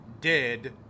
dead